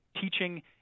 teaching